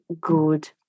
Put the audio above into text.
good